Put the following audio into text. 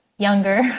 Younger